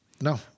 No